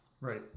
Right